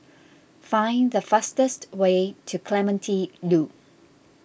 find the fastest way to Clementi Loop